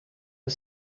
are